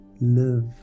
live